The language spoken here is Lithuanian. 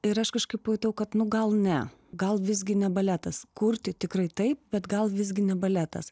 ir aš kažkaip pajutau kad nu gal ne gal visgi ne baletas kurti tikrai taip bet gal visgi ne baletas